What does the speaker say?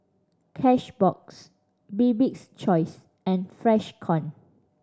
Cashbox Bibik's Choice and Freshkon